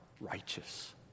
righteous